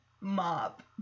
mop